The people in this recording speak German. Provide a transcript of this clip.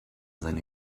seine